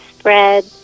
spread